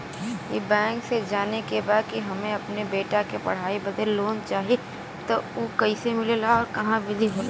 ई बैंक से जाने के बा की हमे अपने बेटा के पढ़ाई बदे लोन चाही ऊ कैसे मिलेला और का विधि होला?